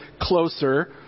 closer